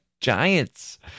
giants